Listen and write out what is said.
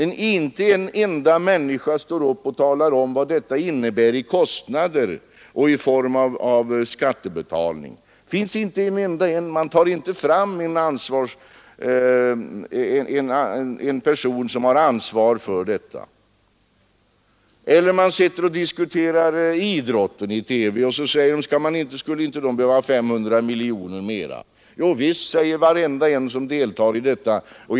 Men inte en enda människa står upp och talar om vad detta innebär i kostnader och i form av skatter — man tar inte fram en person som har ansvar för detta. Man sitter och diskuterar idrotten i TV, och det frågas: Skulle den inte ha 500 miljoner mer? Jovisst, säger varenda en som deltar i diskussionen.